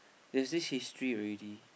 there is this history already